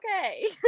Okay